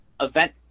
event